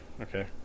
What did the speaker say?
Okay